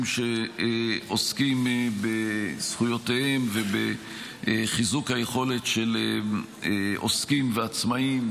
שעוסקים בזכויותיהם ובחיזוק היכולת של עוסקים ועצמאים,